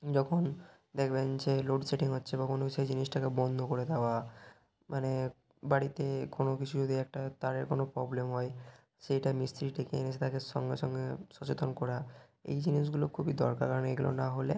যখন দেখবেন যে লোড শেডিং হচ্ছে বা কোনো সেই জিনিসটাকে বন্ধ করে দেওয়া মানে বাড়িতে কোনো কিছু যদি একটা তারের কোনো প্রবলেম হয় সেইটা মিস্ত্রি ডেকে এনে সে তাকে সঙ্গে সঙ্গে সচেতন করা এই জিনিসগুলো খুবই দরকার কারণ এগুলো না হলে